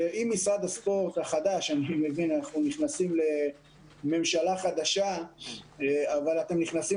אנחנו נכנסים לממשלה חדשה אבל אתם נכנסים